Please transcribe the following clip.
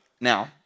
now